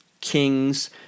Kings